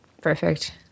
Perfect